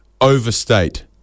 overstate